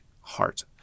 heart